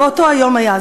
באותו היום היה.